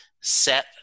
set